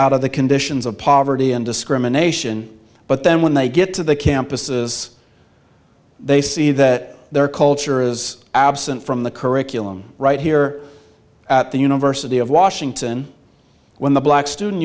out of the conditions of poverty and discrimination but then when they get to the campuses they see that their culture is absent from the curriculum right here at the university of washington when the black student